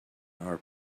our